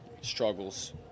struggles